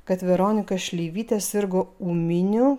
kad veronika šleivytė sirgo ūminiu